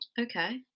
okay